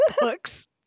books